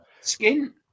skin